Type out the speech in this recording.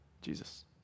Jesus